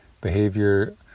behavior